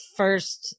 first